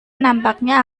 nampaknya